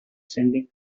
sending